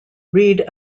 read